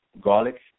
garlic